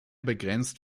begrenzt